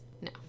No